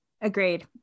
Agreed